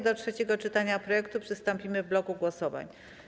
Do trzeciego czytania projektu przystąpimy w bloku głosowań.